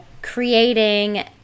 creating